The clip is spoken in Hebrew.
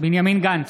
בנימין גנץ,